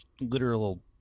literal